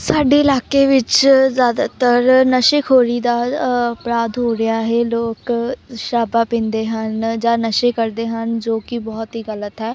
ਸਾਡੇ ਇਲਾਕੇ ਵਿੱਚ ਜ਼ਿਆਦਾਤਰ ਨਸ਼ੇ ਖੋਰੀ ਦਾ ਅਪਰਾਧ ਹੋ ਰਿਹਾ ਹੈ ਲੋਕ ਸ਼ਰਾਬਾ ਪੀਂਦੇ ਹਨ ਜਾਂ ਨਸ਼ੇ ਕਰਦੇ ਹਨ ਜੋ ਕਿ ਬਹੁਤ ਹੀ ਗਲਤ ਹੈ